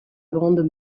bandes